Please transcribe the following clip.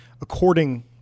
according